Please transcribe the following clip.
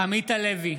עמית הלוי,